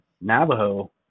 Navajo